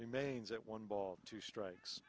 remains that one ball two strikes